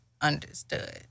understood